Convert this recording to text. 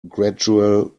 gradual